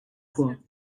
equal